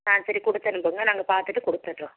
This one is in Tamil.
ஆ சரி கொடுத்தனுப்புங்க நாங்கள் பார்த்துட்டு கொடுத்துர்றோம்